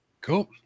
Cool